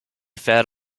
fed